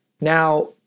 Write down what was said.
now